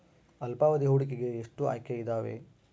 ಅಲ್ಪಾವಧಿ ಹೂಡಿಕೆಗೆ ಎಷ್ಟು ಆಯ್ಕೆ ಇದಾವೇ?